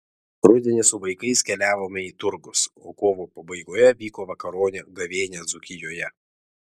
rudenį su vaikais keliavome į turgus o kovo pabaigoje vyko vakaronė gavėnia dzūkijoje